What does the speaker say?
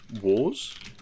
wars